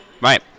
Right